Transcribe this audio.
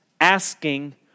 asking